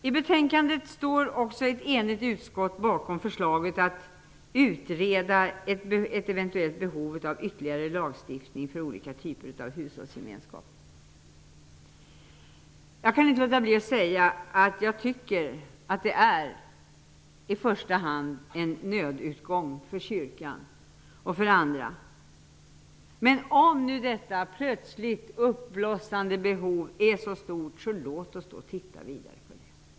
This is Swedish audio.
I betänkandet står ett enigt utskott bakom förslaget att utreda ett eventuellt behov av ytterligare lagstiftning för olika typer av ''hushållsgemenskap''. Jag kan inte låta bli att säga att jag tycker att det i första hand är en nödutgång för kyrkan och andra. Men om detta plötsligt uppblossande behov är så stort, så låt oss titta vidare på det.